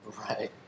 Right